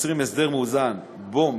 ויוצרים הסדר מאוזן שבו,